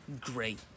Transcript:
Great